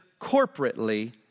corporately